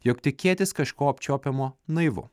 jog tikėtis kažko apčiuopiamo naivu